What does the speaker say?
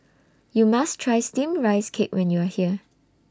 YOU must Try Steamed Rice Cake when YOU Are here